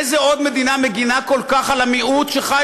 איזו עוד מדינה מגינה כל כך על המיעוט שחי